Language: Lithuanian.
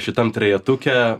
šitam trejetuke